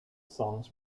songs